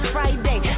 Friday